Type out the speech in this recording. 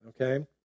Okay